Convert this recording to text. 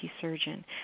surgeon